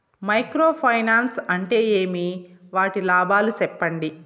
Micro finance అంటే ఏమి? వాటి లాభాలు సెప్పండి?